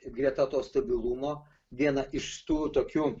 greta to stabilumo vieną iš tų tokių